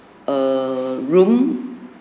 a room